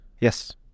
Yes